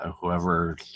whoever